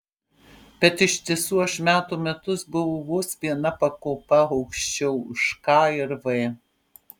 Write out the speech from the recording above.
bet iš tiesų aš metų metus buvau vos viena pakopa aukščiau už k ir v